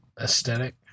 aesthetic